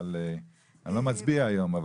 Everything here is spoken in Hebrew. לא מצביע היום.